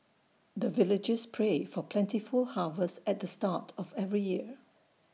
the villagers pray for plentiful harvest at the start of every year